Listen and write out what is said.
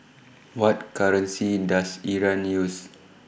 What currency Does Iran use